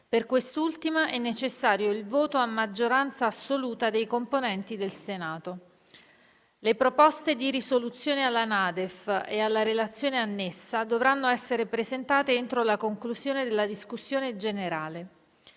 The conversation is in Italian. Per quest'ultima è necessario il voto a maggioranza assoluta dei componenti del Senato. Le proposte di risoluzione alla NADEF e alla Relazione annessa dovranno essere presentate entro la conclusione della discussione generale.